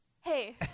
hey